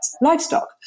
livestock